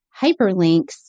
hyperlinks